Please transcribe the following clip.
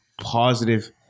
positive